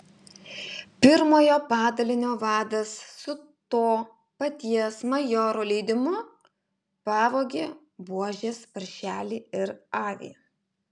pirmojo padalinio vadas su to paties majoro leidimu pavogė buožės paršelį ir avį